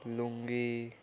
lungi